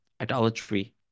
idolatry